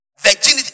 Virginity